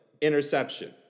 Interception